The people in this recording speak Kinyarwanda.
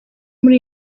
muri